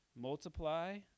multiply